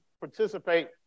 participate